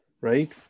right